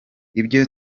ibyo